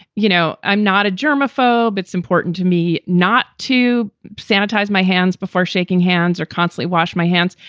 you know, i'm not a germophobia. it's important to me not to sanitize my hands before shaking hands or constantly wash my hands.